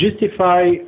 justify